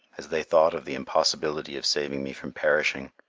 as they thought of the impossibility of saving me from perishing.